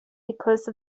because